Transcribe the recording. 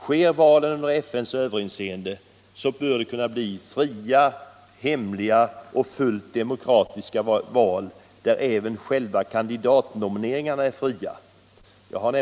Sker valen under FN:s överinseende bör det kunna bli fria, hemliga och fullt demokratiska val där även själva kandidatnomineringen är fri.